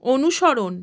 অনুসরণ